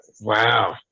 wow